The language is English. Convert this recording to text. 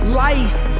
life